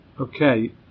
Okay